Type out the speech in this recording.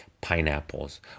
pineapples